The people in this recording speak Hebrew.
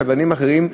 קבלנים אחרים,